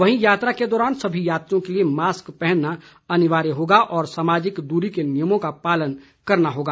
वहीं यात्रा के दौरान सभी यात्रियों के लिए मास्क पहनना अनिवार्य होगा और सामाजिक दूरी के नियमों का पालन करना होगा